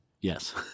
Yes